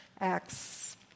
Acts